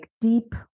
deep